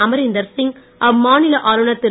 அமரீந்தர் சிங் அம்மாநில ஆளுனர் திரு